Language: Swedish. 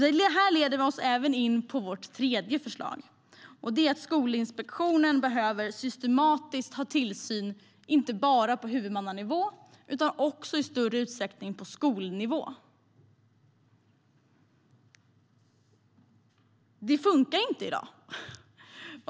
Det här leder oss in på vårt tredje förslag, och det är att Skolinspektionen systematiskt behöver ha tillsyn inte bara på huvudmannanivå utan också i större utsträckning på skolnivå. I dag fungerar det inte.